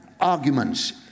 arguments